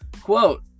Quote